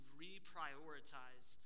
reprioritize